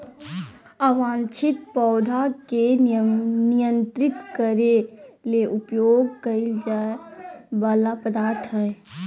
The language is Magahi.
अवांछित पौधा के नियंत्रित करे ले उपयोग कइल जा वला पदार्थ हइ